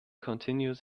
continued